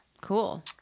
Cool